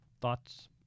Thoughts